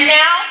now